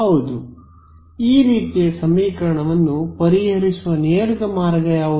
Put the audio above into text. ಹೌದು ಈ ರೀತಿಯ ಸಮೀಕರಣವನ್ನು ಪರಿಹರಿಸುವ ನೇರ ಮಾರ್ಗ ಯಾವುದು